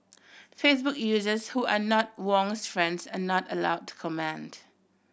Facebook users who are not Wong's friends are not allowed to comment